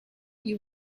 you